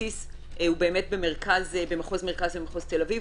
הבסיס הוא במחוז מרכז ומחוז תל אביב,